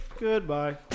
Goodbye